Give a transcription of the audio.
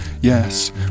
yes